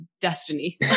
destiny